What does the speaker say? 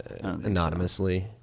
anonymously